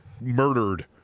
murdered